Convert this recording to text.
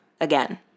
again